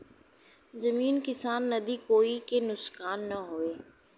जमीन किसान नदी कोई के नुकसान न होये